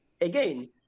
Again